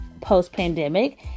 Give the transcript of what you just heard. post-pandemic